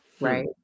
Right